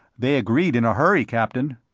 they agreed in a hurry, captain.